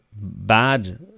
bad